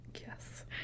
Yes